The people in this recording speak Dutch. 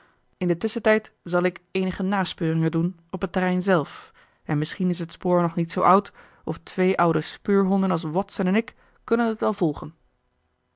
in den tusschentijd zal ik eenige naspeuringen doen op het terrein zelf en misschien is het spoor nog niet zoo oud of twee oude speurhonden als watson en ik kunnen het wel volgen